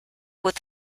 with